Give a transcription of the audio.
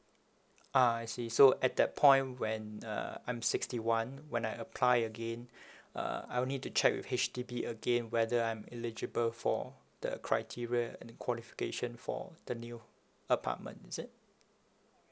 ah I see so at that point when uh I'm sixty one when I apply again uh I will need to check with H_D_B again whether I'm eligible for the criteria and qualification for the new apartment is it